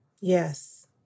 yes